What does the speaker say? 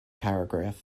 paragraph